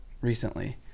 recently